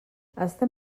estem